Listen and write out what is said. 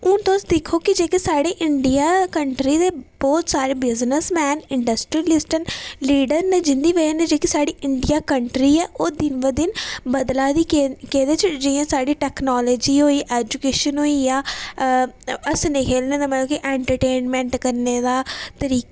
हून तुस दिक्खो कि साढ़ी इंडिया कंट्री ओह् सारे बिज़नेस मैन इंडस्ट्रीलिस्ट न लीडर न जिंदी बजह कन्नै जेह्की साढ़ी इंडिया कंट्री ऐ ओह् दिन ब दिन बदला दी केह्दे बिच जियां साढ़ी टेक्नोलॉज़ी बिच जियां एज़ूकेशन होइया हस्सने खेल्लनै कन्नै इक्क एंटरटेनमेंट करने दा तरीका